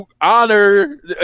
honor